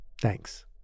Thanks